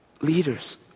Leaders